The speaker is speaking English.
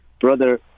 brother